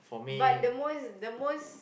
but the most the most